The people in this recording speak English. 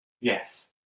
Yes